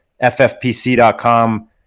ffpc.com